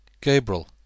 Gabriel